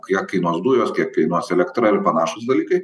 kiek kainuos dujos kiek kainuos elektra ir panašūs dalykai